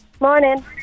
Morning